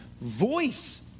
voice